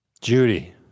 Judy